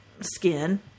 skin